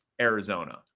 Arizona